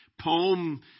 poem